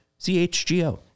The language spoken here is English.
CHGO